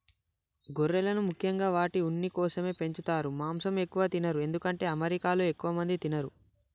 గొర్రెలను ముఖ్యంగా వాటి ఉన్ని కోసమే పెంచుతారు మాంసం ఎక్కువ తినరు ఎందుకంటే అమెరికాలో ఎక్కువ మంది తినరు